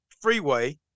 freeway